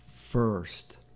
first